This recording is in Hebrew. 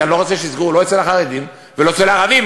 כי אני לא רוצה שיסגרו לא אצל החרדים ולא אצל הערבים.